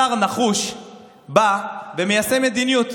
שר נחוש בא ומיישם מדיניות.